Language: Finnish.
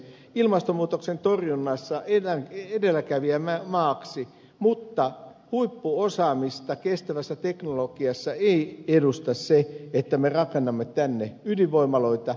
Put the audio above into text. ilmastomuutoksen torjunnassa edelläkävijämaaksi mutta huippuosaamista kestävässä teknologiassa ei edusta se että me rakennamme tänne ydinvoimaloita